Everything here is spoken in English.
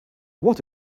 what